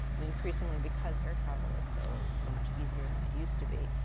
and increasingly, because air travel is so so much easier than it used to be.